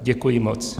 Děkuji moc.